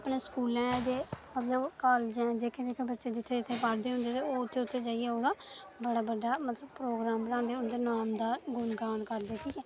अपने स्कूलें दे मतलब कॉलेजें जेह्के जेह्के बच्चे जित्थें जित्थें पढ़दे होंदे ओह् उत्थें जाइयै ओह्दा बड़ा बड्डा प्रोग्राम बनांदे उंदे नाम दा गुणगाण करदे कि